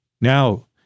now